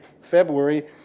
February